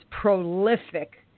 prolific